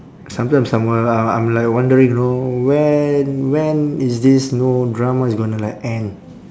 sometimes somewhere I I'm like wondering you know when when is this know drama is gonna like end